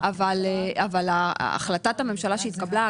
אבל החלטת הממשלה שהתקבלה,